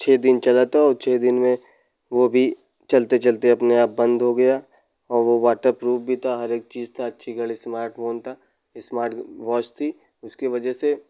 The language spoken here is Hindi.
छः दिन चली थी और छः दिन में वह भी चलते चलते अपने आप बंद हो गया और वह वाटरप्रूफ भी था हर एक चीज़ था अच्छी घड़ी इस्मार्टफोन था इस्मार्टवाच थी उसकी वजह से